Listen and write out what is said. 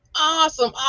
awesome